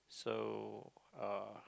so uh